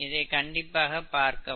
இதை கண்டிப்பாக பார்க்கவும்